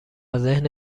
ذهن